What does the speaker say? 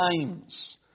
times